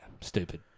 Stupid